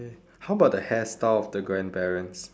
how about the hairstyle of the grandparents